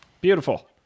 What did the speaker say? Beautiful